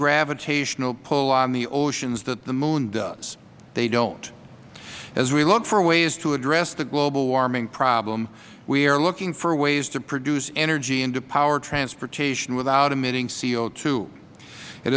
gravitational pull on the oceans that the moon does they don't as we look for ways to address the global warming problem we are looking for ways to produce energy and to power transportation without